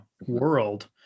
world